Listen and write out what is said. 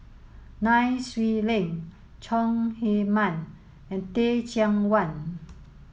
Nai Swee Leng Chong Heman and Teh Cheang Wan